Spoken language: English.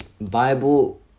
Bible